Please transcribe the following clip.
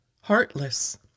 heartless